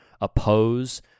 oppose